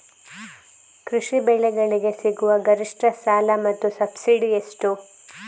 ಕೃಷಿ ಬೆಳೆಗಳಿಗೆ ಸಿಗುವ ಗರಿಷ್ಟ ಸಾಲ ಮತ್ತು ಸಬ್ಸಿಡಿ ಎಷ್ಟು?